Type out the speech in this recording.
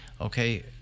okay